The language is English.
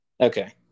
Okay